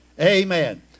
amen